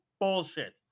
bullshit